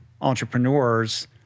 entrepreneurs